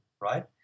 right